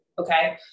Okay